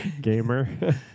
Gamer